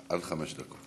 עד חמש דקות.